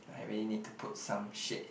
I really need to put some shit